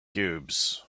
cubes